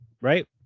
Right